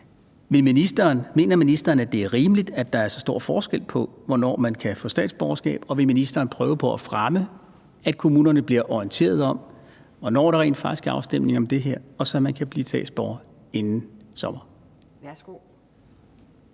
Mener ministeren, at det er rimeligt, at der er så stor forskel på, hvornår man kan få statsborgerskab, og vil ministeren prøve på at fremme, at kommunerne bliver orienteret om, hvornår der rent faktisk er afstemning om det her, så man kan blive statsborger inden sommer?